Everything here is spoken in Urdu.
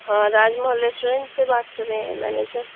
ہاں راج محل ریسٹورینٹ سے بات کر رہے ہیں مینیجر